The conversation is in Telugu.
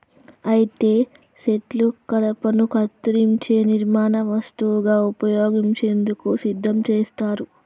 అయితే సెట్లు కలపను కత్తిరించే నిర్మాణ వస్తువుగా ఉపయోగించేందుకు సిద్ధం చేస్తారు